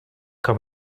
kann